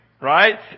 right